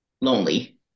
lonely